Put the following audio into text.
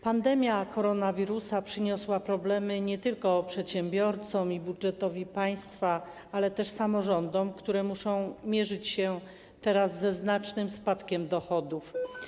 Pandemia koronawirusa przyniosła problemy nie tylko przedsiębiorcom i budżetowi państwa, ale też samorządom, które muszą mierzyć się teraz ze znacznym spadkiem dochodów.